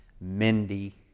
Mindy